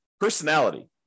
personality